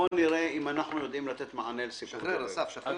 בואו נראה אם אנחנו יודעים לתת מענה לסיפור של דוב"ב.